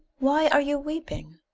why are you weeping?